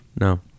No